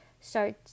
start